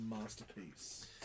masterpiece